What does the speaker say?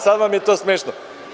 Sad vam je to smešno?